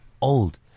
old